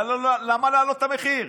למה להעלות את המחיר?